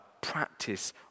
practice